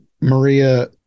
Maria